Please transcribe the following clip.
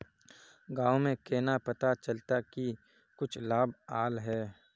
गाँव में केना पता चलता की कुछ लाभ आल है?